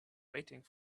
waiting